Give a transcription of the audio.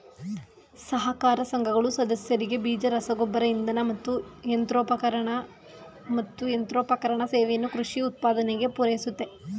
ಸಹಕಾರ ಸಂಘಗಳು ಸದಸ್ಯರಿಗೆ ಬೀಜ ರಸಗೊಬ್ಬರ ಇಂಧನ ಮತ್ತು ಯಂತ್ರೋಪಕರಣ ಸೇವೆಯನ್ನು ಕೃಷಿ ಉತ್ಪಾದನೆಗೆ ಪೂರೈಸುತ್ತೆ